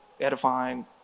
edifying